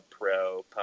pro